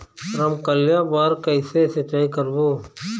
रमकलिया बर कइसे सिचाई करबो?